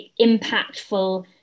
impactful